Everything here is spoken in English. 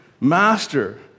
master